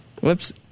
Whoops